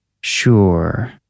Sure